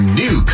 new